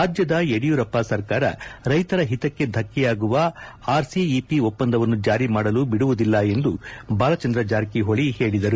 ರಾಜ್ಯದ ಯಡಿಯೂರಪ್ಪ ಸರ್ಕಾರ ರೈತರ ಹಿತಕ್ಕೆ ಧಕ್ಕೆಯಾಗುವ ಆರ್ಸಿಇಪಿ ಒಪ್ಪಂದವನ್ನು ಜಾರಿ ಮಾಡಲು ಬಿಡುವುದಿಲ್ಲ ಎಂದು ಬಾಲಚಂದ್ರ ಜಾರಕಿಹೊಳಿ ಹೇಳಿದರು